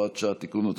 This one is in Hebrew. הוראת שעה) (תיקון),